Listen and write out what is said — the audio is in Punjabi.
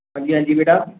ਹਾਂਜੀ ਹਾਂਜੀ ਬੇਟਾ